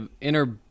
inner